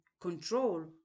control